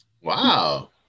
Wow